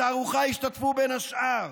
בתערוכה ישתתפו בין השאר